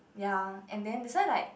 ya and then that's why like